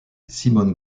simone